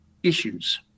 issues